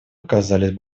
оказались